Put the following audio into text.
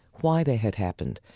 why they had happened,